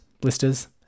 blisters